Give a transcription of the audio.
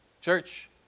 Church